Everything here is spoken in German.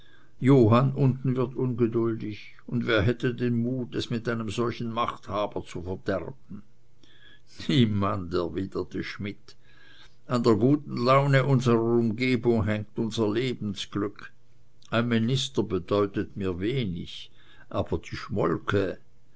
johann unten wird ungeduldig und wer hätte den mut es mit einem solchen machthaber zu verderben niemand erwiderte schmidt an der guten laune unserer umgebung hängt unser lebensglück ein minister bedeutet mir wenig aber die schmolke